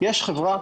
יש חברה,